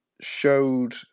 showed